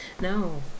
no